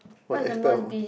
what expel